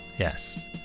Yes